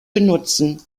benutzen